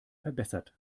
verbessert